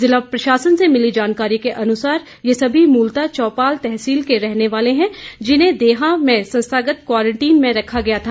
जिला प्रशासन से मिली जानकारी के अनुसार ये सभी मूलतः चौपाल तहसील के रहने वाले जिन्हें देहा के संस्थागत क्वारंटीन में रखा गया था